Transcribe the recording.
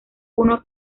uno